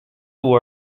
who